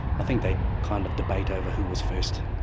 i think they kind of debate over who was first.